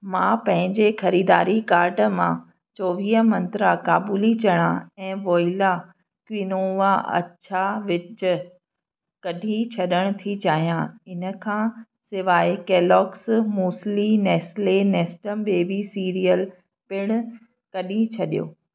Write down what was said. मां पंहिंजे ख़रीदारी कार्ट मां चोवीह मंत्रा काबुली चणा ऐं वोइला क्विनोआ अछा ॿिज कढी छॾण थी चाहियां इन खां सिवाइ Kellogg's muesli Nestle Nestum baby cereal पिणु कढी छॾियो